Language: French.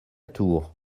tour